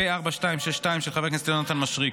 פ/4262/25,